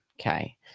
Okay